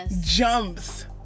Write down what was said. jumps